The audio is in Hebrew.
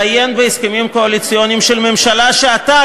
לעיין בהסכמים קואליציוניים של ממשלה שאתה,